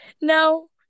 No